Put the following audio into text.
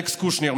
אלכס קושניר,